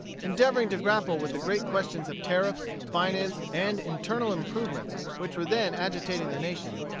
endeavoring to grapple with the great questions of tariffs, finance, and internal improvements, which were then agitating the nation.